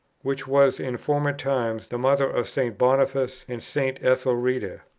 which was in former times the mother of st. boniface and st. ethelreda.